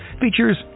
features